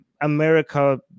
America